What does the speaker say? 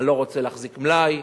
אני לא רוצה להחזיק מלאי.